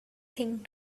thing